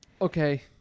okay